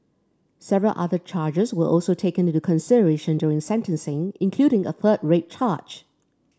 several other charges were also taken into consideration during sentencing including a third rape charge